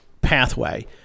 pathway